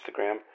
Instagram